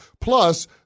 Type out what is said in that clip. Plus